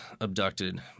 abducted